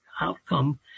outcome